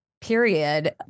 period